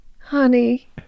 honey